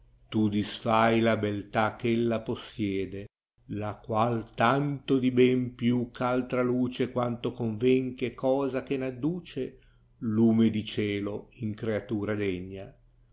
ta disfai la beltà cb ella possiede la qual tanto di ben più ch'altra lace quanto conven che cosa che n adduce lume di cielo in criatura degna